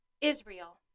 Israel